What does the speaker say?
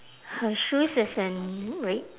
her shoes is in red